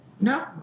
no